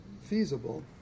feasible